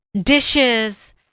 dishes